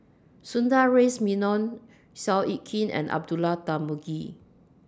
Sundaresh Menon Seow Yit Kin and Abdullah Tarmugi